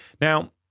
Now